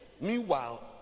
Meanwhile